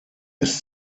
ist